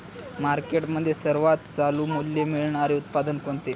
मार्केटमध्ये सर्वात चालू मूल्य मिळणारे उत्पादन कोणते?